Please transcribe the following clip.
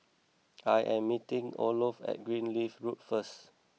I am meeting Olof at Greenleaf Road first